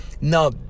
Now